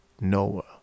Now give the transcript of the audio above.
Noah